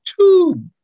two